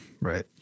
right